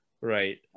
right